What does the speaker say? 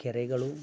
ಕೆರೆಗಳು